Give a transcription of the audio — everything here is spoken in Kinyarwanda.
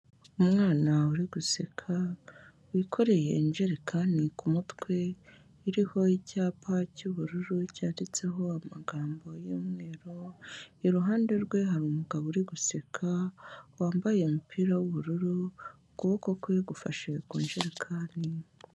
Umwana uri guseka wikoreye injerekani ku mutwe iriho icyapa cy'ubururu cyanditseho amagambo y'umweru, iruhande rwe hari umugabo uri guseka wambaye umupira w'ubururu, ukuboko kwe gufashe ku njerekani.